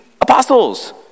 apostles